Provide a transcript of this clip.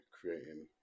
creating